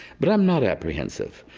but i'm not apprehensive,